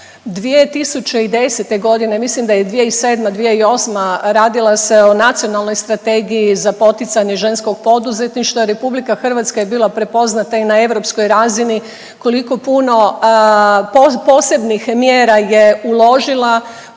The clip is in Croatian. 2010. g., mislim da je 2007./2008., radila se o nacionalnoj strategiji za poticanje ženskog poduzetništva, RH je bila prepoznata i na EU razini, koliko puno posebnih mjera je uložila u